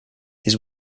his